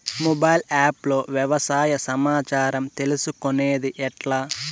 Mobile app లో వ్యవసాయ సమాచారం తీసుకొనేది ఎట్లా?